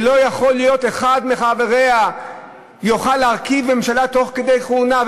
שלא יוכל אחד מחבריה להרכיב ממשלה תוך כדי כהונה.